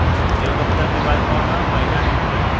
गेहूँ के फसल की बुवाई कौन हैं महीना में होखेला?